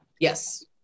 Yes